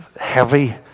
heavy